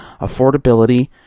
affordability